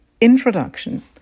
Introduction